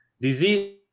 disease